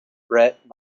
bret